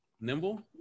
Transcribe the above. Nimble